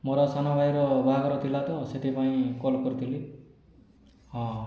ମୋ'ର ସାନଭାଇର ବାହାଘର ଥିଲା ତ' ସେଥିପାଇଁ କଲ କରିଥିଲି ହଁ